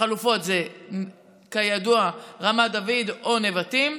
החלופות הן, כידוע, רמת דוד או נבטים.